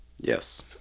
Yes